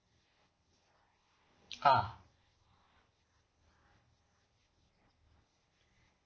ah